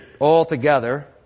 altogether